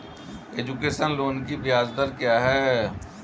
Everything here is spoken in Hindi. एजुकेशन लोन की ब्याज दर क्या है?